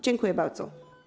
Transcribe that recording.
Dziękuję bardzo.